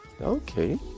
Okay